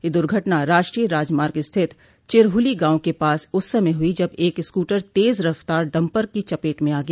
यह दुर्घटना राष्ट्रीय राजमार्ग स्थित चिरहुली गांव के पास उस समय हुई जब एक स्कूटर तेज रफ़्तार डम्पर की चपेट में आ गया